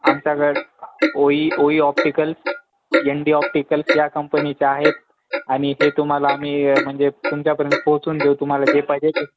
आमच्याकडे ओई ओई ऑप्टिकल्स एन डी ऑप्टिकल्स या कंपनीचे आहेत आणि हे तुम्हाला आम्ही म्हणजे तुमच्यापर्यंत पोहचून देऊ तुम्हाला जे पाहिजे